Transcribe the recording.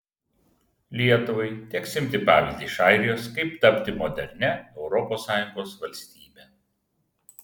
lietuvai teks imti pavyzdį iš airijos kaip tapti modernia europos sąjungos valstybe